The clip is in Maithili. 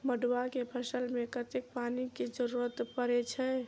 मड़ुआ केँ फसल मे कतेक पानि केँ जरूरत परै छैय?